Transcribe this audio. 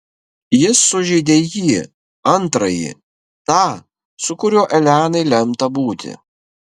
jis sužeidė jį antrąjį tą su kuriuo elenai lemta būti